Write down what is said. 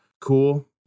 Cool